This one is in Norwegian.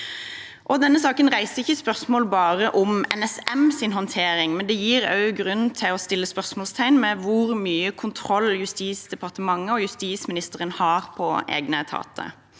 Denne saken reiser ikke bare spørsmål knyttet til NSMs håndtering. Den gir også grunn til å stille spørsmål om hvor mye kontroll Justisdepartementet og justisministeren har på egne etater.